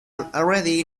already